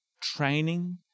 training